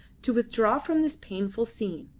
to withdraw from this painful scene,